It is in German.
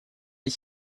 ich